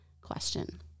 question